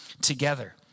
together